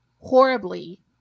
horribly